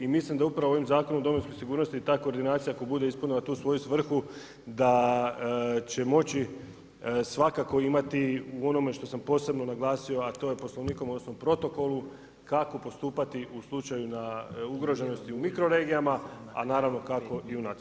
I mislim da upravo ovim Zakonom o domovinskoj sigurnosti ta koordinacija ako bude ispunila tu svoju svrhu da će moći svakako imati u onome što sam posebno naglasio, a to je Poslovnikom, odnosno protokolu kako postupati u slučaju na ugroženosti u mikro regijama, a naravno kako i u nacionalnim.